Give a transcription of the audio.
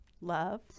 love